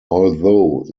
although